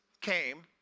came